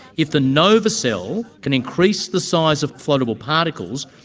if the nova cell can increase the size of floatable particles,